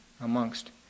amongst